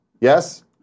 Yes